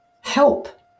help